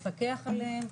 מפקח עליהם,